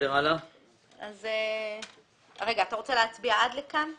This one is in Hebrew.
אתה רוצה להצביע עד לכאן?